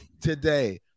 today